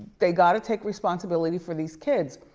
they gotta take responsibility for these kids.